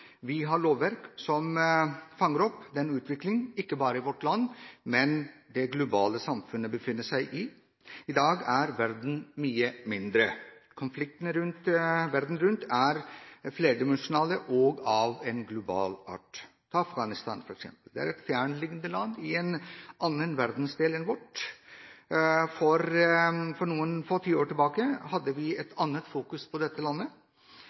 ha et lovverk som fanger opp den utvikling som skjer ikke bare i vårt land, men også i det globale samfunnet. I dag er verden mye mindre. Konfliktene verden rundt er flerdimensjonale og av en global art. Ta f.eks. Afghanistan. Det er et fjerntliggende land i en annen verdensdel enn vår. For noen få tiår siden hadde vi et annet fokus på dette landet